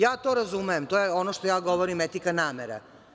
Ja to razumem i to je ono što ja govorim etika namera.